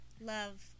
Love